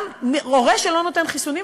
גם הורה שלא נותן חיסונים,